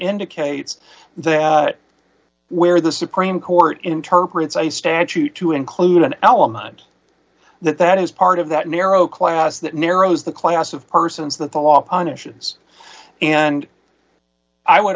indicates there where the supreme court interprets a statute to include an element that that is part of that narrow class that narrows the class of persons that the law on issues and i would